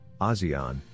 ASEAN